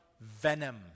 venom